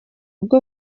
ubwo